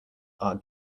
are